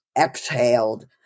exhaled